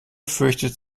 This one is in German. fürchtet